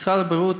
משרד הבריאות